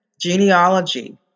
Genealogy